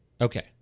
Okay